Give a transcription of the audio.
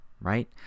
right